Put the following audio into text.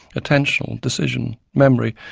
attentional, decision, memory,